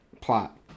plot